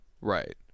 right